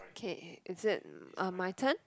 okay is it uh my turn